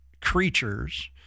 creatures